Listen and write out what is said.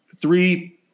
three